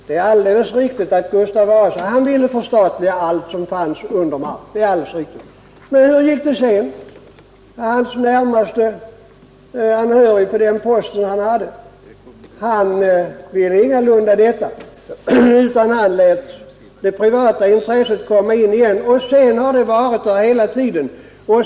Det är alldeles riktigt att Gustav Vasa ville förstatliga allt som fanns under mark. Men hur gick det sedan? Hans närmaste anhörige på den posten ville det ingalunda; han lät det privata intresset få inflytande igen, och det har det sedan haft hela tiden.